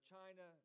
China